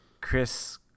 Chris